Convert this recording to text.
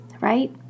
right